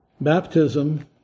Baptism